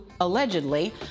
allegedly